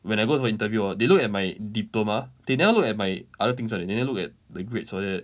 when I go for the interview hor they looked at my diploma they never look at my other things one they never look at the grades all that